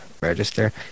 register